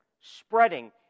spreading